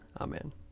Amen